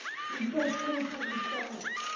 so you gotta finish what you start.